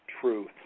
truth